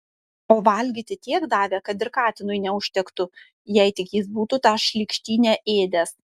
o valgyti tiek davė kad ir katinui neužtektų jei tik jis būtų tą šlykštynę ėdęs